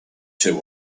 two